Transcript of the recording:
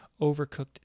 overcooked